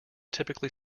typically